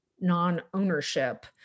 non-ownership